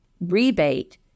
rebate